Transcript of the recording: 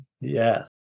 Yes